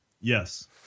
Yes